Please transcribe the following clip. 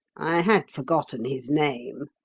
i had forgotten his name.